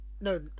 no